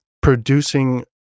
producing